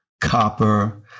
copper